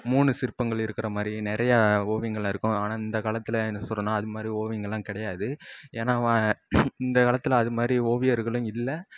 மூணு சிற்பங்கள் இருக்கிற மாதிரி நிறையா ஓவியங்கள் இருக்கும் ஆனால் இந்தக்காலத்தில் என்ன சொல்றதுன்னால் அதுமாதிரி ஓவியங்களெலாம் கிடையாது ஏன்னால் இந்தக்காலத்தில் அதுமாதிரி ஓவியர்களும் இல்லை